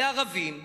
לערבים,